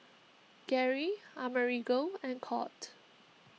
Garey Amerigo and Colt